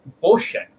bullshit